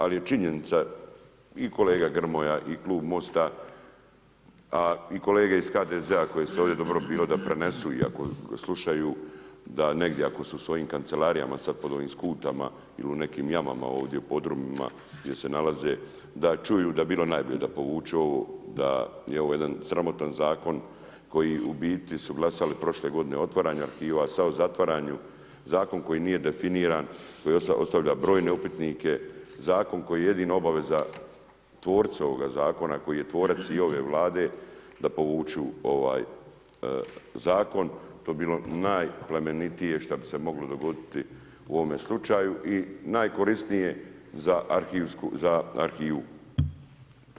Ali je činjenica i kolega Grmoja i klub MOST-a a i kolege iz HDZ-a koje su ovdje dobro bi bilo da prenesu i ako slušaju da negdje ako su u svojim kancelarijama sada pod ovim skutama ili u nekim jamama ovdje u podrumima gdje se nalaze da čuju da bi bilo najbolje da povuku ovo, da je ovo jedan sramotan zakon koji u biti su glasali prošle godine otvaranje arhiva, sada o zatvaranju, zakon koji nije definiran, koji ostavlja brojne upitnike, zakon kojem je jedina obaveza, tvorcu ovog zakona koji je tvorac i ove Vlade da povuku ovaj zakon, to bi bilo najplemenitije šta bi se moglo dogoditi u ovome slučaju i najkorisnije za arhivsku, za arhivu.